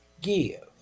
give